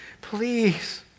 Please